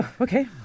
okay